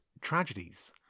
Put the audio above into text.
tragedies